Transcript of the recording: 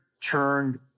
turned